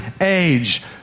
age